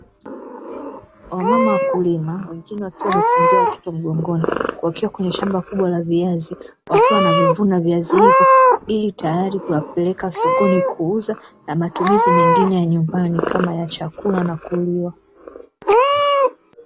Wamama wakulima wengine wakiwa wamefungia watoto mgongoni, wakiwa kwenye shamba kubwa la viazi wakiwa wanavuna viazi hivyo, ili tayari kupeleka sokoni kuuza na matumizi mengine ya nyumbani kama ya chakula na kuliwa.